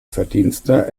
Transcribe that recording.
verdienste